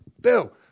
Bill